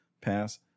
Pass